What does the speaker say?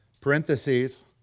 Parentheses